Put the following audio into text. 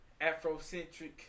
Afrocentric